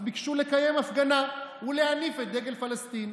ביקשו לקיים הפגנה ולהניף את דגל פלסטין.